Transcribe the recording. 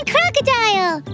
Crocodile